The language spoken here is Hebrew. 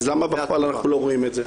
אז למה בפועל אנחנו לא רואים את זה?